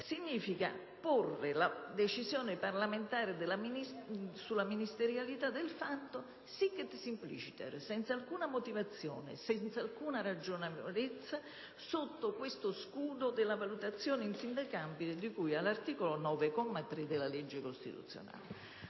significa porre la decisione parlamentare sulla ministerialità del fatto, *sic et simpliciter*, senza alcuna motivazione, senza alcuna ragionevolezza, sotto lo scudo della valutazione insindacabile di cui all'articolo 9, comma 3, della legge costituzionale.